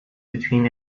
between